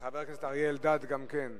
וחבר הכנסת אריה אלדד גם כן.